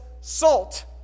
salt